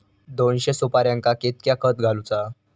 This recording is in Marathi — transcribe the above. दोनशे सुपार्यांका कितक्या खत घालूचा?